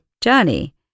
journey